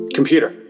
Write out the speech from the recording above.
Computer